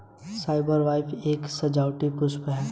Cyprus vine एक सजावटी पुष्प है